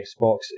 Xbox